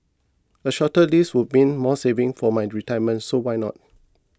a shorter lease would been more savings for my retirement so why not